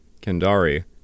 Kendari